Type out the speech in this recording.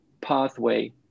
pathway